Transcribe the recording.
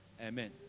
amen